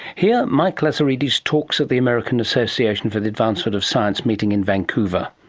here, mike lazaridis talks at the american association for the advancement of science meeting in vancouver.